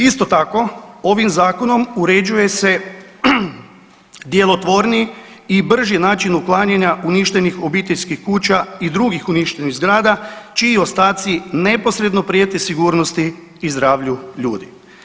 Isto tako, ovim zakonom uređuje se djelotvorniji i brži način uklanjanja uništenih obiteljskih kuća i drugih uništenih zgrada čiji ostaci neposredno prijete sigurnosti i zdravlju ljudi.